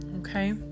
Okay